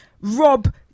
Rob